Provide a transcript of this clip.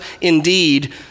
indeed